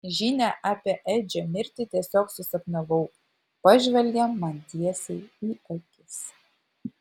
žinią apie edžio mirtį tiesiog susapnavau pažvelgia man tiesiai į akis